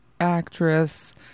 actress